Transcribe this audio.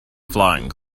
flying